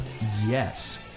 Yes